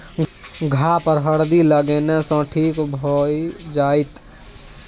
घाह पर हरदि लगेने सँ ठीक भए जाइत